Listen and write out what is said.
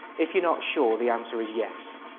if you're not sure, the answer is yes.